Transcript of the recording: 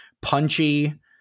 Punchy